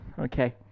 okay